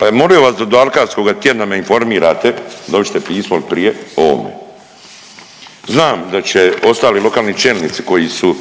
bi molio vas da do alkarskoga tjedna me informirate, dal oćete pismo il prije o ovome. Znam da će ostali lokalni čelnici koji su,